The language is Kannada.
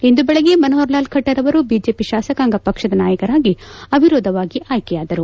ಇಂದು ಬೆಳಿಗ್ಗೆ ಮನೋಹರ್ ಲಾಲ್ ಖಟ್ಟರ್ ಅವರು ಬಿಜೆಪಿ ಶಾಸಕಾಂಗ ಪಕ್ಷದ ನಾಯಕರಾಗಿ ಅವಿರೋಧವಾಗಿ ಆಯ್ಕೆಯಾದರು